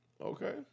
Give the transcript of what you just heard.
Okay